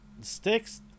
sticks